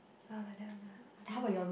ah like that one I don't know